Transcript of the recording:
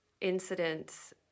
incidents